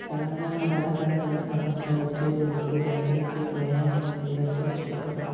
తెలంగాణ రహదారుల సమస్త ఉద్యోగులకు బస్సు ఎక్కే ప్రయాణికులచే చులకన